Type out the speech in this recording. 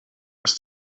ist